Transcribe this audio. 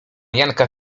janka